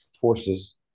forces